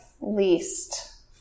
least